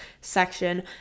section